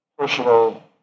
personal